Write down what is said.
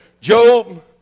job